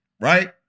right